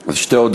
אז אני מודה